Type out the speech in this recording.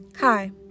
Hi